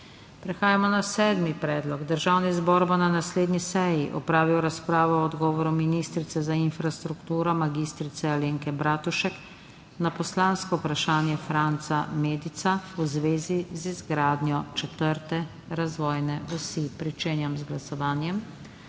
Prehajamo na sedmi predlog: Državni zbor bo na naslednji seji opravil razpravo o odgovoru ministrice za infrastrukturo mag. Alenke Bratušek na poslansko vprašanje Franca Medica v zvezi z izgradnjo četrte razvojne osi. Glasujemo.